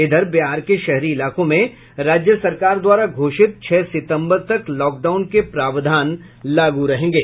इधर बिहार के शहरी इलाकों में राज्य सरकार द्वारा घोषित छह सितम्बर तक लॉकडाउन के प्रावधान लागू रहेंगे